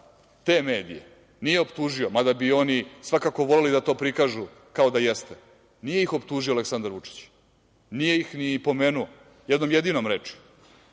te medije nije optužio, mada bi oni svakako voleli da to prikažu kao da jeste, nije ih optužio Aleksandar Vučić, nije ih ni pomenuo jednom jedinom rečju.